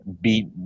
beat